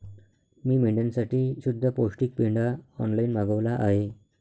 मी मेंढ्यांसाठी शुद्ध पौष्टिक पेंढा ऑनलाईन मागवला आहे